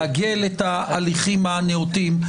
לעגל את ההליכים הנאותים.